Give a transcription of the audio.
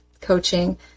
coaching